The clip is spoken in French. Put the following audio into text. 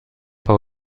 pas